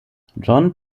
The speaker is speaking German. john